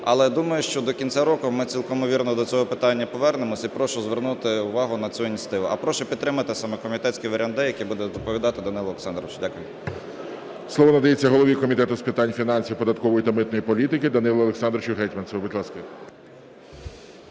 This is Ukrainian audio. але думаю, що до кінця року ми цілком ймовірно до цього питання повернемося, і прошу звернути увагу на цю ініціативу. А прошу підтримати саме комітетський варіант "д", який буде доповідати Данило Олександрович. Дякую. ГОЛОВУЮЧИЙ. Слово надається голові Комітету з питань фінансів, податкової та митної політики Данилу Олександровичу Гетманцеву. Будь ласка.